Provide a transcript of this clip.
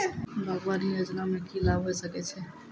बागवानी योजना मे की लाभ होय सके छै?